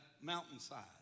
mountainside